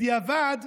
בדיעבד,